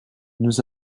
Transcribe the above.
nous